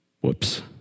Whoops